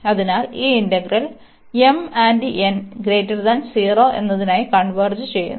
അതിനാൽ ഈ integral m n 0 എന്നതിനായി കൺവെർജ് ചെയ്യുന്നു